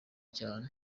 cyane